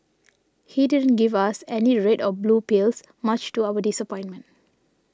he didn't give us any red or blue pills much to our disappointment